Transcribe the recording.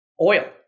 Oil